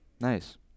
Nice